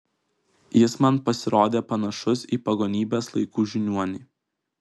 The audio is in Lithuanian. jis man pasirodė panašus į pagonybės laikų žiniuonį